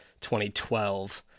2012